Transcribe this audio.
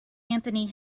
anthony